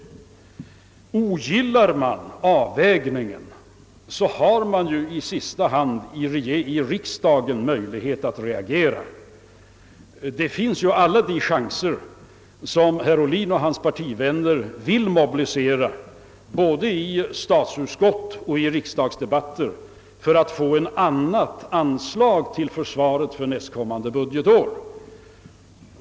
Om man ogillar den avvägningen, så finns det ju möjligheter att reagera här i riksdagen, Herr Ohlin och hans partivänner har ju tillfälle att både i statsutskottet och under riksdagsdebatterna försöka driva igenom ett annat anslag för försvaret för nästkommande budgetår.